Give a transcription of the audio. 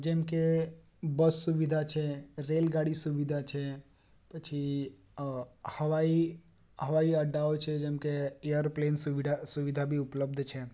જેમકે બસ સુવિધા છે રેલ ગાડી સુવિધા છે પછી હવાઈ હવાઈ અડ્ડાઓ છે જેમકે એરપ્લેન સુવિધા બી ઉપલબ્ધ છે